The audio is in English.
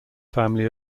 family